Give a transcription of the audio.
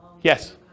Yes